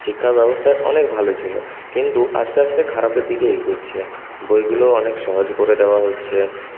শিক্ষা ব্যবস্থা অনেক ভালো ছিল কিন্তু আস্তে আস্তে খারাপের দিকে এগোচ্ছে বইগুলোও অনেক সহজ করে দেওয়া হচ্ছে